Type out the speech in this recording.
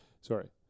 sorry